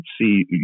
see